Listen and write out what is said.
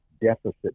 deficit